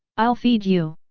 i'll feed you!